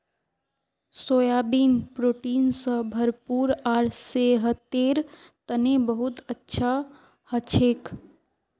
soybean protein स भरपूर आर सेहतेर तने बहुत अच्छा हछेक